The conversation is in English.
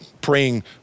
praying